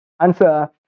answer